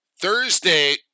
Thursday